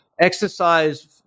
exercise